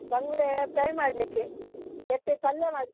ಬಂಗುಡೆ ಪ್ರೈ ಮಾಡಲಿಕ್ಕೆ ಎಟ್ಟಿ ಪಲ್ಯ ಮಾಡಿ